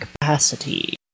capacity